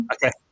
Okay